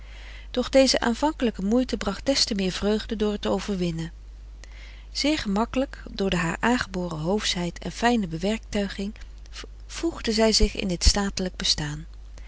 van de koele meren des doods vreugde door t overwinnen zeer gemakkelijk door de haar aangeboren hoofschheid en fijne bewerktuiging voegde zij zich in dit statelijk bestaan